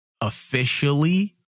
officially